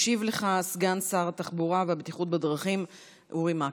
ישיב לך סגן שר התחבורה והבטיחות בדרכים אורי מקלב.